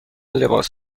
لباس